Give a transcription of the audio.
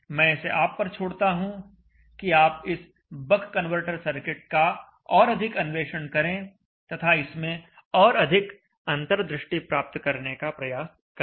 मैं इसे आप पर छोड़ता हूं कि आप इस बक कन्वर्टर सर्किट का और अधिक अन्वेषण करें तथा इसमें और अधिक अंतर्दृष्टि प्राप्त करने का प्रयास करें